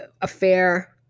affair